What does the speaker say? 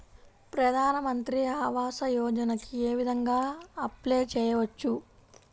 ప్రధాన మంత్రి ఆవాసయోజనకి ఏ విధంగా అప్లే చెయ్యవచ్చు?